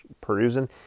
perusing